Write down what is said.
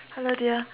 hello dear